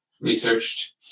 researched